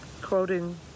Quoting